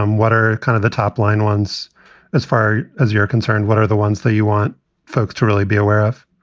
um what are kind of the top line ones as far as you're concerned? what are the ones that you want folks to really be aware of?